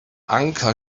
anker